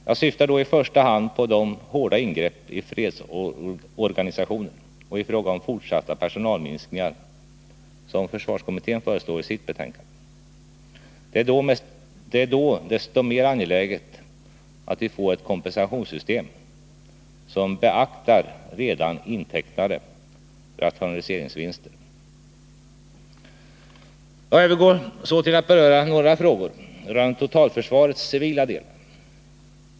Jag syftar då i första hand på de hårda ingrepp i fredsorganisationen och i fråga om fortsatta personalminskningar som försvarskommittén föreslår i sitt betänkande. Det är då desto mer angeläget att vi får ett kompensationssystem som beaktar redan intecknade rationaliseringsvinster. Jag övergår så till att beröra några frågor rörande totalförsvarets civila delar.